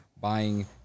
buying